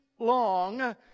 long